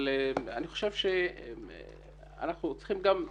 אני חושב שאנחנו צריכים גם,